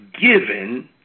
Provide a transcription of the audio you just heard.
given